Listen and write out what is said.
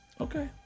Okay